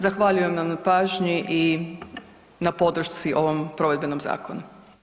Zahvaljujem vam na pažnji i na podršci ovom provedbenom zakonu.